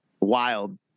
wild